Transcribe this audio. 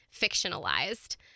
fictionalized